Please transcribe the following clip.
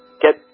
get